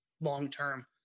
long-term